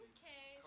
Okay